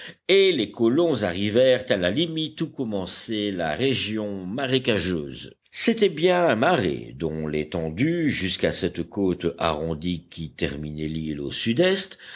et les colons arrivèrent à la limite où commençait la région marécageuse c'était bien un marais dont l'étendue jusqu'à cette côte arrondie qui terminait l'île au sud-est